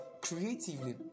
creatively